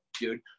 dude